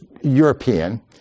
european